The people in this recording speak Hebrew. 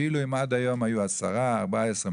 אפילו אם עד היום היו עשרה או 14,